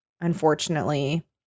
unfortunately